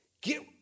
get